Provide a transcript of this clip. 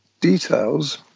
details